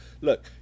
look